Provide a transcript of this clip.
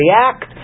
react